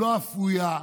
לא אפויה,